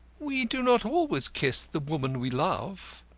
we do not always kiss the woman we love.